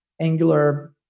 Angular